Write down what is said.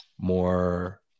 more